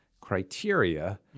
criteria